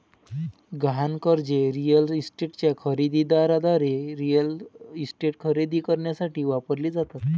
गहाण कर्जे रिअल इस्टेटच्या खरेदी दाराद्वारे रिअल इस्टेट खरेदी करण्यासाठी वापरली जातात